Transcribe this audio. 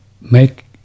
make